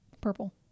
Purple